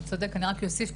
אני רק אוסיף.